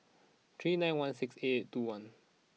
three nine one six eight two one